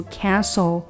cancel